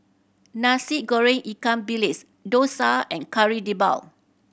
Nasi Goreng ikan bilis dosa and Kari Debal